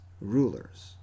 rulers